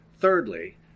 thirdly